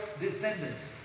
descendants